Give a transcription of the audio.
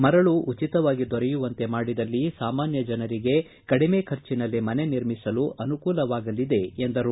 ಮರಳು ಉಚಿತವಾಗಿ ದೊರೆಯುವಂತೆ ಮಾಡಿದಲ್ಲಿ ಸಾಮಾನ್ಯ ಜನರಿಗೆ ಕಡಿಮೆ ಖರ್ಚಿನಲ್ಲಿ ಮನೆ ನಿರ್ಮಿಸಲು ಅನುಕೂಲವಾಗಲಿದೆ ಎಂದರು